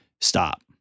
stop